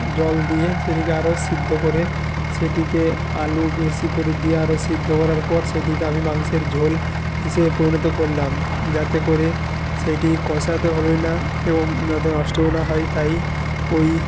জল দিয়ে সেটিকে আরও সিদ্ধ করে সেটিকে আলু বেশি করে দিয়ে আরও সিদ্ধ করার পর সেটিকে আমি মাংসের ঝোল হিসেবে পরিণত করলাম যাতে করে সেইটি কষা তো হলোই না এবং যাতে নষ্টও না হয় তাই ওই